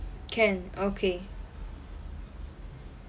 can okay